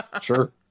Sure